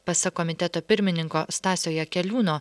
pasak komiteto pirmininko stasio jakeliūno